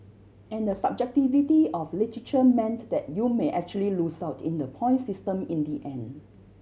and the subjectivity of literature meant that you may actually lose out in the point system in the end